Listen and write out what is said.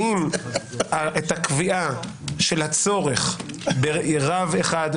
האם את הקביעה של הצורך ברב אחד,